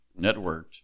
networked